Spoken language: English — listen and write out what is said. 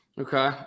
Okay